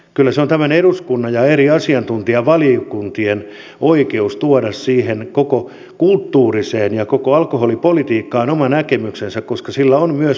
kyllä se on tämän eduskunnan ja eri asiantuntijavaliokuntien oikeus tuoda siihen koko kulttuuriin ja koko alkoholipolitiikkaan oma näkemyksensä koska sillä on myös muita vaikutuksia